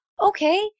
okay